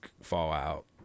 fallout